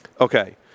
Okay